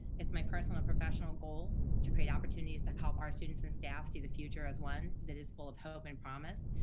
it's my personal and professional goal, to create opportunities to help our students and staff see the future as one, that is full of hope and promise.